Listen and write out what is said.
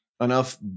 enough